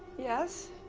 yes?